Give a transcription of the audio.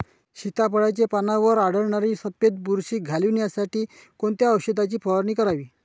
सीताफळाचे पानांवर आढळणारी सफेद बुरशी घालवण्यासाठी कोणत्या औषधांची फवारणी करावी?